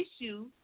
issue